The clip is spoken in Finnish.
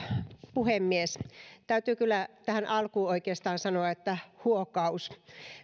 puhemies täytyy kyllä tähän alkuun oikeastaan sanoa että huokaus